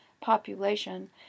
population